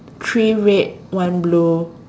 three red one blue